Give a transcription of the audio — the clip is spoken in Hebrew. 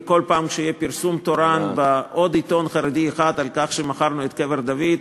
וכל פעם שיהיה פרסום תורן בעוד עיתון חרדי אחד על כך שמכרנו את קבר דוד,